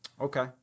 Okay